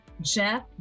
Jeff